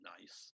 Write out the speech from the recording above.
Nice